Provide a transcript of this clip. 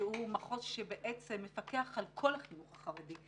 שהוא מחוז שבעצם מפקח על כל החינוך החרדי,